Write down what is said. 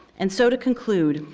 and so to conclude,